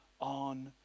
on